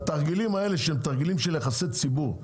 התרגילים האלה שהם למעשה תרגילי יחסי ציבור,